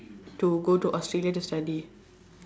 to go to australia to study